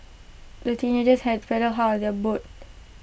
the teenagers had paddled hard their boat